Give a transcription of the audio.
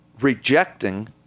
rejecting